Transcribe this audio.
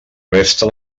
resta